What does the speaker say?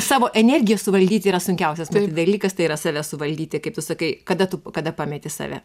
savo energiją suvaldyt yra sunkiausias dalykas tai yra save suvaldyti kaip tu sakai kada tu kada pameti save